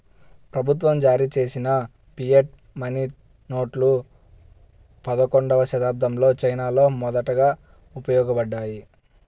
ప్రభుత్వం జారీచేసిన fiat money నోట్లు పదకొండవ శతాబ్దంలో చైనాలో మొదట ఉపయోగించబడ్డాయి